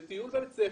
לטיול בבית הספר,